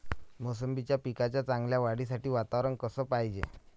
मोसंबीच्या पिकाच्या चांगल्या वाढीसाठी वातावरन कस पायजे?